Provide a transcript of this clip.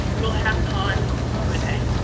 we'll have time for q and a,